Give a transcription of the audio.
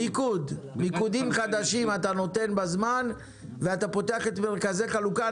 מיקודים חדשים אתה נותן בזמן ואתה פותח את מרכזי החלוקה.